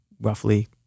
roughly